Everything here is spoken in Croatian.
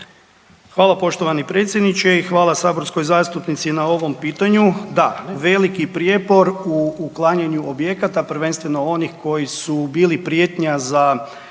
Hvala poštovani predsjedniče i hvala saborskoj zastupnici na ovom pitanju. Da, veliki prijepor u uklanjanju objekata, prvenstveno onih koji su bili prijetnja za